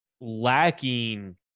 lacking